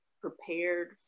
prepared